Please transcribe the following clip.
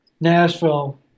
Nashville